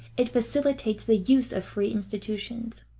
it facilitates the use of free institutions.